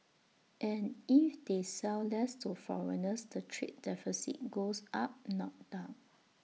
and if they sell less to foreigners the trade deficit goes up not down